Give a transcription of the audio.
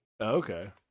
okay